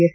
S